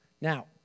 Now